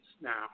now